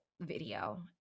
video